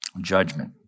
judgment